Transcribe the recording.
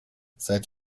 seit